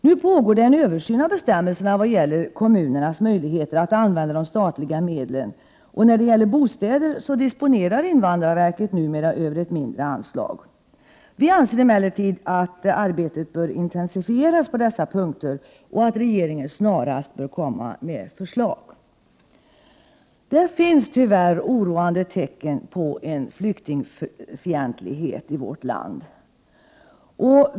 Nu pågår en översyn av bestämmelserna vad gäller kommunernas möjligheter att använda de statliga medlen, och beträffande bostäder disponerar invandrarverket numera över ett mindre anslag. Vi anser emellertid att arbetet bör intensifieras på dessa punkter och att regeringen snarast bör komma med förslag. Det finns tyvärr oroande tecken på en flyktingfientlighet i vårt land.